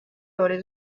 sobre